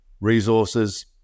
Resources